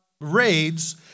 Raids